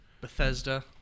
Bethesda